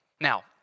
Now